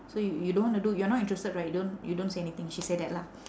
so y~ you don't wanna do you are not interested right you don't you don't say anything she say that lah